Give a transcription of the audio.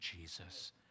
Jesus